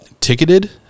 ticketed